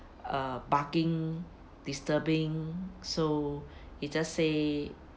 uh barking disturbing so it just say